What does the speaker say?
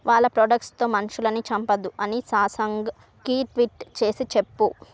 వాళ్ళ ప్రొడక్స్తో మనుషులని చంపద్దు అని సాంసంగ్కి ట్వీట్ చేసి చెప్పు